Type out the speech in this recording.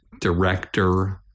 Director